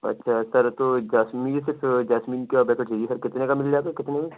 اچھا سر تو جاسمین صرف جاسمین کا بکٹ چاہیے سر کتنے کا مل جائے گا کتنے میں